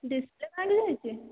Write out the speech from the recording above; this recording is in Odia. ଡିସପ୍ଲେ ଭାଙ୍ଗିଯାଇଛି